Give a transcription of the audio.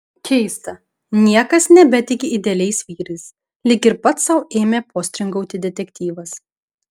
keista niekas nebetiki idealiais vyrais lyg ir pats sau ėmė postringauti detektyvas